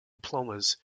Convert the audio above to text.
diplomas